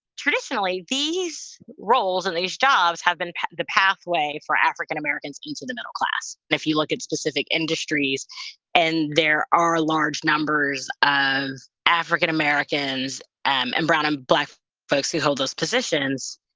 traditionally, these roles and these jobs have been the pathway for african-americans into the middle class if you look at specific industries and there are large numbers of african-americans and and brown and black folks who hold those positions,